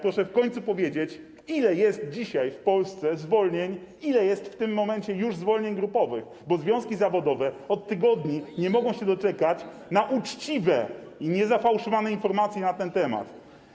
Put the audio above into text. Proszę w końcu powiedzieć, ile jest dzisiaj w Polsce zwolnień, ile jest w tym momencie już zwolnień grupowych, bo związki zawodowe od tygodni nie mogą się doczekać na uczciwe i niezafałszowane informacje na ten temat.